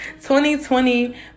2020